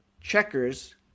Checkers